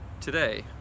today